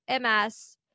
MS